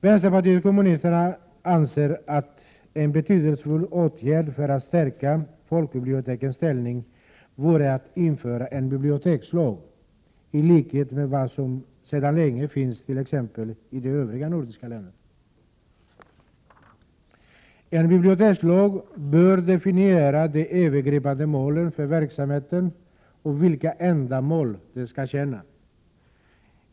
Vänsterpartiet kommunisterna anser att en betydelsefull åtgärd för att stärka folkbibliotekens ställning vore att införa en bibliotekslag, i likhet med vad som sedan länge finns t.ex. i de övriga nordiska länderna. En bibliotekslag bör definiera de övergripande målen för verksamheten och ange vilka ändamål den skall tjäna.